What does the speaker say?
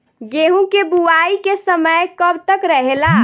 गेहूँ के बुवाई के समय कब तक रहेला?